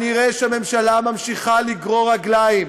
אני אראה שהממשלה ממשיכה לגרור רגליים